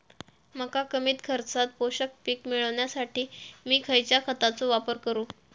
मका कमी खर्चात पोषक पीक मिळण्यासाठी मी खैयच्या खतांचो वापर करू?